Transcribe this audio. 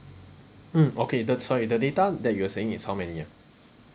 mm okay the sorry the data that you're saying is how many ah